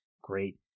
great